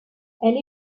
elle